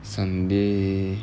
sunday